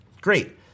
Great